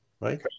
right